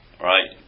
Right